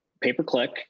pay-per-click